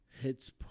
Hits